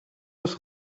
eus